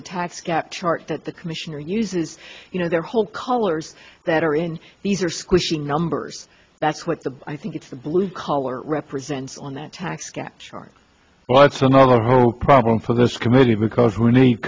the tax gap chart that the commissioner uses you know their whole colors that are in these are squishy numbers that's what the i think it's blue collar represents on the tax sketch well that's another whole problem for this committee because we need